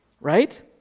right